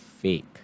fake